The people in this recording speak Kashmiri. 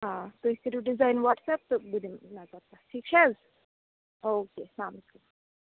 آ تُہۍ کٔرِیٚو ڈِیٚزایِن وٹٕس اَپ تہٕ بہٕ دِمہٕ نَظر تتھ ٹھیٖک چھَ حظ او کے السَلام علیکم